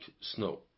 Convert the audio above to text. snow